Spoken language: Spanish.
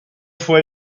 fue